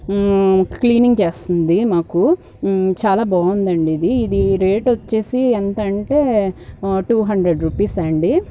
cleaning చేస్తుంది మాకు చాలా బాగుందండి ఇది ఇది రేటు వచ్చేసి ఎంత అంటే టూ హండ్రెడ్ రుపీస్ అండి